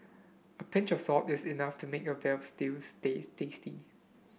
a pinch of salt is enough to make a veal stew stay tasty